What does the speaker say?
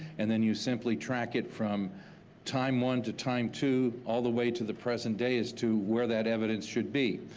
and then you simply track it from time one to time two, all the way to the present day as to where that evidence should be.